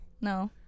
No